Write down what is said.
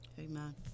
Amen